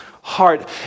heart